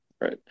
Right